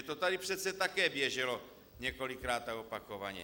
To tady přece také běželo několikrát a opakovaně.